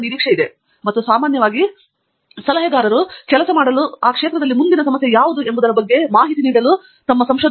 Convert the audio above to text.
ತಂಗಿರಾಲಾ ಮತ್ತು ಸಾಮಾನ್ಯವಾಗಿ ಸಲಹೆಗಾರನು ಕೆಲಸ ಮಾಡಲು ಮುಂದಿನ ಸಮಸ್ಯೆ ಯಾವುದು ಎಂಬುದರ ಬಗ್ಗೆ ಮಾಹಿತಿ ನೀಡಲು ವಿದ್ಯಾರ್ಥಿಗೆ ಹುಡುಕುತ್ತಾರೆ